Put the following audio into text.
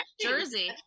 Jersey